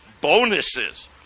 bonuses